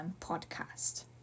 podcast